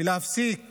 ולהפסיק